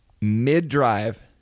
mid-drive